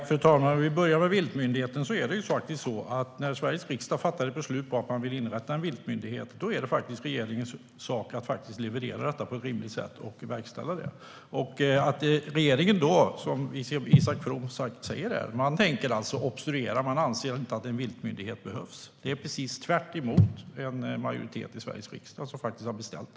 Fru talman! Låt mig börja med frågan om en viltmyndighet. När Sveriges riksdag fattar beslut om att inrätta en viltmyndighet är det faktiskt regeringens sak att verkställa beslutet på ett rimligt sätt. Precis som Isak From säger här tänker regeringen obstruera. Man anser inte att en viltmyndighet behövs. Det är precis tvärtemot vad en majoritet i Sveriges riksdag har beställt.